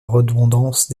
redondance